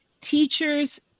teachers